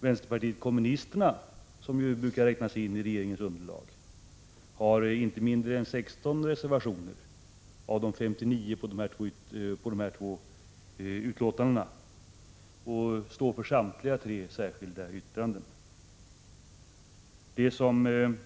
Vänsterpartiet kommunisterna, som ju brukar räknas in i regeringens underlag, har inte mindre än 16 reservationer av de 59 i dessa två betänkanden och står för samtliga tre särskilda yttranden.